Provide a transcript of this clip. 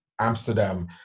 Amsterdam